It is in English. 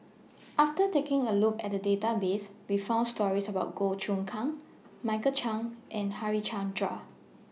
after taking A Look At The Database We found stories about Goh Choon Kang Michael Chiang and Harichandra